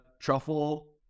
truffle